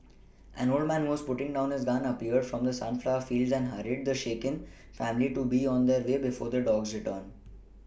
an old man was putting down his gun appeared from the sunflower fields and hurried the shaken family to be on their way before the dogs return